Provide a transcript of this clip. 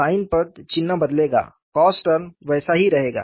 sin पद चिन्ह बदलेगा cos टर्म वैसा ही रहेगा